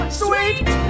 sweet